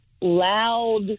loud